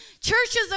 churches